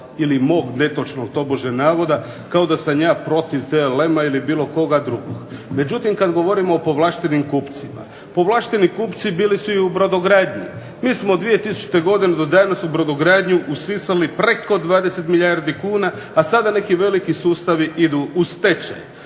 ili mog tobože netočnog navoda kao da sam ja protiv TLM-a ili bilo koga drugog. Međutim, kada govorimo o povlaštenim kupcima, povlašteni kupci bili su u brodogradnji. MI smo od 2000. godine do danas u brodogradnju usisali preko 20 milijardi kuna, a sada dneki veliki sustavi idu u stečaj.